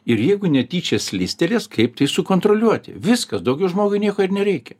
ir jeigu netyčia slystelės kaip tai sukontroliuoti viskas daugiau žmogui nieko ir nereikia